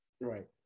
Right